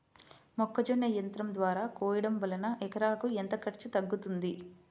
మొక్కజొన్న యంత్రం ద్వారా కోయటం వలన ఎకరాకు ఎంత ఖర్చు తగ్గుతుంది?